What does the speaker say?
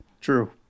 True